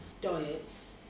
diets